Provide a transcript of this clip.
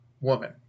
woman